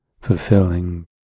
fulfilling